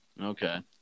Okay